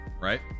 right